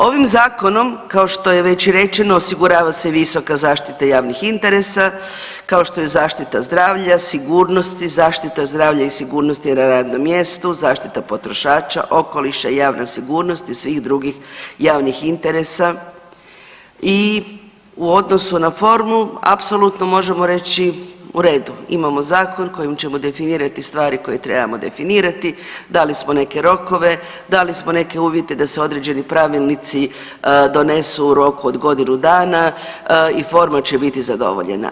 Ovim zakonom kao što je već rečeno osigurava se visoka zaštita javnih interesa, kao što je zaštita zdravlja, sigurnosti, zaštita zdravlja i sigurnosti na radnom mjestu, zaštita potrošača, okoliša i javna sigurnost i svih drugih javnih interesa i u odnosu na formu apsolutno možemo reći u redu imamo zakon kojim ćemo definirati stvari koje trebamo definirati, dali smo neke rokove, dali smo neke uvjete da se određeni pravilnici donesu u roku od godinu dana i forma će biti zadovoljena.